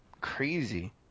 crazy